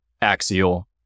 axial